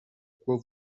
quoi